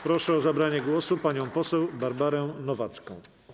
Proszę o zabranie głosu panią poseł Barbarę Nowacką.